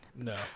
No